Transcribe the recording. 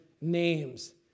names